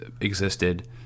existed